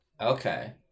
Okay